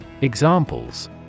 Examples